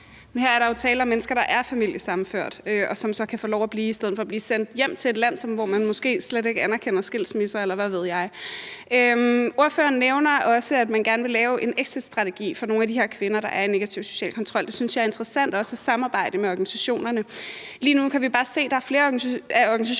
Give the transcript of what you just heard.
her er der jo tale om mennesker, der er familiesammenført, og som så kan få lov at blive i stedet for at blive sendt hjem til et land, hvor man måske slet ikke anerkender skilsmisser, eller hvad ved jeg. Ordføreren nævner også, at man gerne vil lave en exitstrategi for nogle af de her kvinder, der oplever negativ social kontrol. Det synes jeg er interessant også at samarbejde med organisationerne om. Lige nu kan vi bare se, at der er flere af de organisationer,